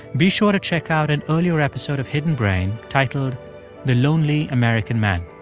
be sure to check out an earlier episode of hidden brain titled the lonely american man.